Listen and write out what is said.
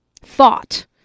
thought